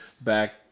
back